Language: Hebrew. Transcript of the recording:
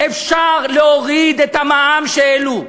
אפשר להוריד את המע"מ שהעלו.